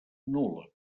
nul·la